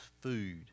food